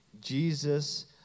Jesus